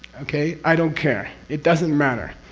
okay, i don't care. it doesn't matter.